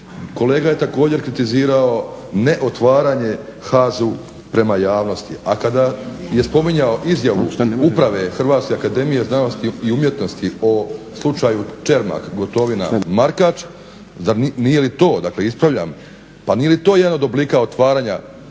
kolega je također kritizirao neotvaranje HAZU prema javnosti, a kada je spominjao izjavu Uprave HAZU o slučaju Čermak, Gotovina, Markač nije li to, dakle ispravljam, pa nije li to jedan od oblika otvaranja HAZU